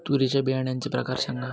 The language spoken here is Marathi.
तूरीच्या बियाण्याचे प्रकार सांगा